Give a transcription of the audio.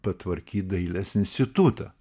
patvarkyt dailės institutą